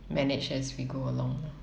manage as we go along